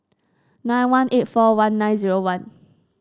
nine one eight four one nine zero one